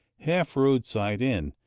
half roadside inn,